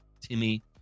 Timmy